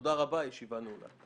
תודה רבה, הישיבה נעולה.